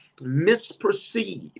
misperceive